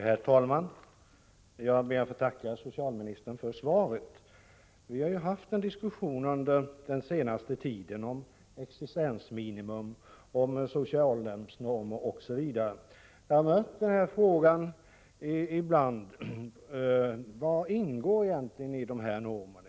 Herr talman! Jag ber att få tacka socialministern för svaret. Vi har ju haft en diskussion under den senaste tiden om existensminimum, socialhjälpsnormer m.m. Jag har ibland mött frågan: Vad ingår egentligen i dessa normer?